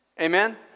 Amen